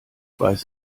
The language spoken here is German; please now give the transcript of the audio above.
weiß